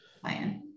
plan